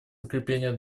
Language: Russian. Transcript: укрепления